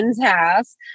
house